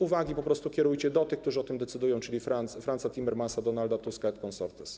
Uwagi po prostu kierujcie do tych, którzy o tym decydują, czyli do Fransa Timmermansa, Donalda Tuska et consortes.